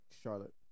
Charlotte